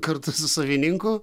kartu su savininku